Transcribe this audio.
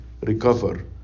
recover